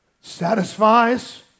Satisfies